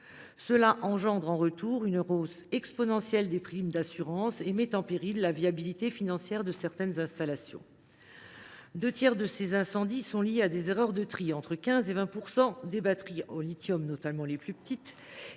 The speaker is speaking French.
Cela engendre en retour une hausse exponentielle des primes d’assurance, qui met en péril la viabilité financière de certaines installations. Deux tiers de ces incendies sont liés à des erreurs de tri : entre 15 % et 20 % des batteries au lithium, notamment les plus petites,